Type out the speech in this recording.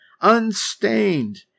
unstained